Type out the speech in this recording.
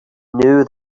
knew